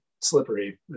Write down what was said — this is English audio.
slippery